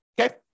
okay